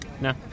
No